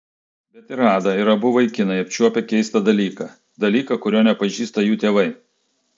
bet ir ada ir abu vaikinai apčiuopę keistą dalyką dalyką kurio nepažįsta jų tėvai